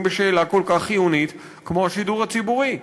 בשאלה כל כך חיונית כמו השידור הציבורי.